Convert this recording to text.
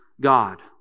God